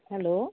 hello